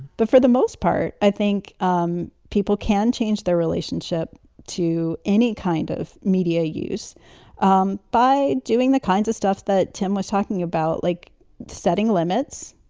but for the most part, i think um people can change their relationship to any kind of media use um by doing the kinds of stuff that tim was talking about, like setting limits,